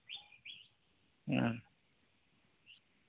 ᱦᱩᱸ